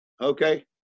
okay